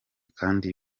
kandi